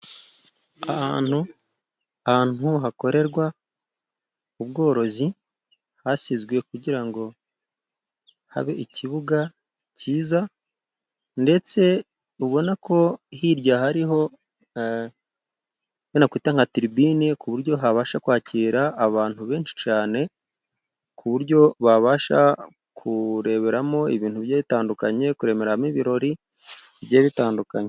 Ahantu ahantu hakorerwa ubworozi hasizwe kugira ngo habe ikibuga cyiza ,ndetse ubonako hirya hariho icyo nakwita nka tiribine ku buryo habasha kwakira abantu benshi cyane, ku buryo babasha kureberamo ibintu bigiye bitandukanye, kureberamo ibirori bigiye bitandukanye.